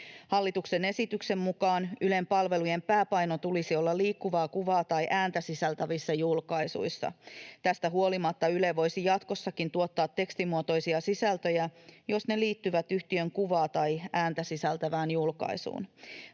Hallituksen esityksen mukaan Ylen palvelujen pääpainon tulisi olla liikkuvaa kuvaa tai ääntä sisältävissä julkaisuissa. Tästä huolimatta Yle voisi jatkossakin tuottaa tekstimuotoisia sisältöjä, jos ne liittyvät yhtiön kuvaa tai ääntä sisältävään julkaisuun.